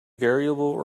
variable